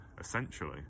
essentially